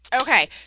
Okay